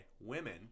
women